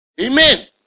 Amen